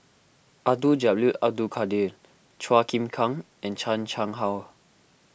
Abdul Jalil Abdul Kadir Chua Chim Kang and Chan Chang How